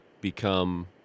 become